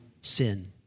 sin